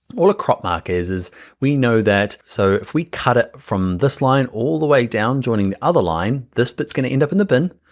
all a crop mark is is we know that, so if we cut it from this line all the way down joining other line, this bit is gonna end up in the pen,